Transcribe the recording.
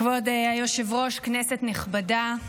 כבוד היושב-ראש, כנסת נכבדה,